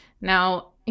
Now